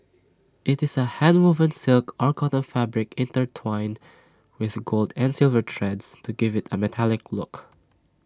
IT is A handwoven silk or cotton fabric intertwined with gold and silver threads to give IT A metallic look